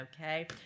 okay